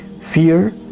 fear